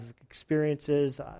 experiences